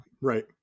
Right